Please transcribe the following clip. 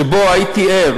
שבו הייתי ער